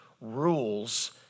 rules